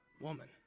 woman